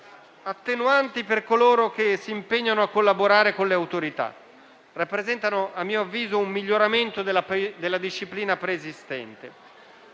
attenuanti, per coloro che si impegnano a collaborare con le autorità. Esse rappresentano a mio avviso un miglioramento della disciplina preesistente.